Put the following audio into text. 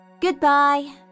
Goodbye